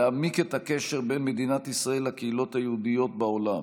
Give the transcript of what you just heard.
להעמיק את הקשר בין מדינת ישראל לקהילות היהודיות בעולם